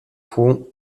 pont